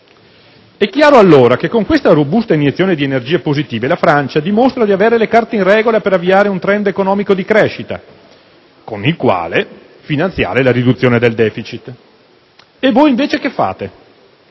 il ministro Bersani. Con questa robusta iniezione di energie positive la Francia dimostra di avere le carte in regola per avviare un *trend* economico di crescita, con il quale finanziare la riduzione del *deficit*. Voi invece che fate?